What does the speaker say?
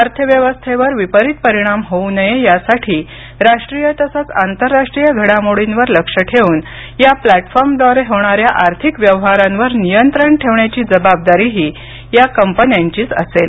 अर्थव्यवस्थेवर विपरीत परिणाम होऊ नये यासाठी राष्ट्रीय तसंच आंतरराष्ट्रीय घडामोडींवर लक्ष ठेऊन या प्लॅटफॉर्मद्वारे होणाऱ्या आर्थिक व्यवहारांवर नियंत्रण ठेवण्याची जबाबदारीही या कंपन्यांचीच असेल